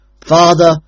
Father